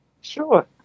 Sure